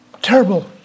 Terrible